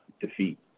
defeat